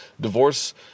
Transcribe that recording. divorce